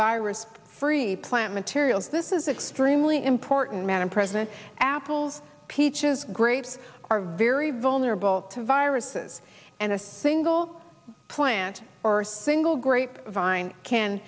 virus free plant materials this is extremely important man and president apples peaches grapes are very vulnerable to viruses and a single plant or single grape vine can